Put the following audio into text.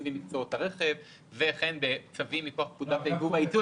ומקצועות הרכב וכן בצווים מכוח פקודת הייבוא והייצוא.